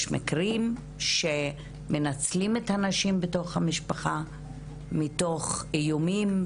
יש מקרים שמנצלים את הנשים בתוך המשפחה מתוך איומים,